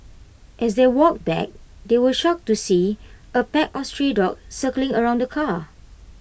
as they walked back they were shocked to see A pack of stray dogs circling around the car